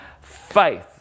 faith